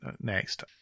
next